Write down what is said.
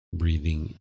breathing